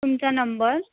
तुमचा नंबर